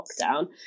lockdown